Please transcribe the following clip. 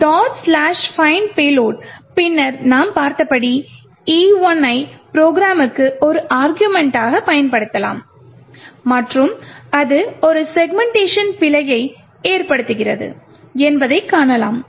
find payload பின்னர் நாம் பார்த்தபடி E1 ஐ ப்ரோக்ராமுக்கு ஒரு அருகுமெண்ட்டாகப் பயன்படுத்தலாம் மற்றும் அது ஒரு செக்மென்ட்டேஷன் பிழையை ஏற்படுத்துகிறது என்பதைக் காணலாம்